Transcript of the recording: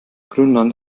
grönland